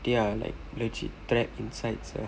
they are like legit trapped inside so